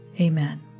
Amen